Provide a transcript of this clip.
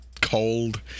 cold